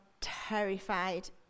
terrified